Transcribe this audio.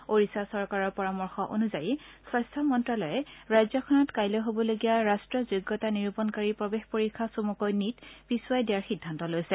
ওড়িশা চৰকাৰৰ পৰামৰ্শ অনুযায়ী স্বাস্থ্য মন্তালয়ে ৰাজ্যখনত কাইলৈ হ'বলগীয়া ৰাষ্ট্ৰীয় যোগ্যতা নিৰূপণকাৰী প্ৰৱেশ পৰীক্ষা পিছুৱাই দিয়াৰ সিদ্ধান্ত লৈছে